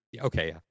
Okay